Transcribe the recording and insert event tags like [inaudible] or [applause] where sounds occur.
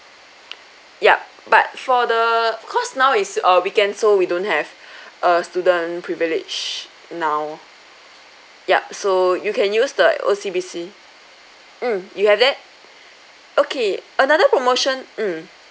yup but for the cause now it's uh weekend so we don't have [breath] a student privilege now yup so you can use the O_C_B_C mm you have that okay another promotion mm